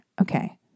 Okay